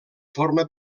forma